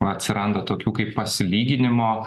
atsiranda tokių kaip paslyginimo